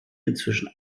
inzwischen